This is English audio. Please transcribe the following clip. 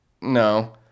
No